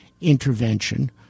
intervention